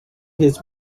his